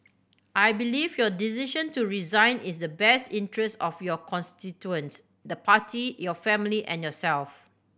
I believe your decision to resign is the best interest of your constituents the Party your family and yourself